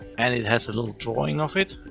and it has the little drawing of it,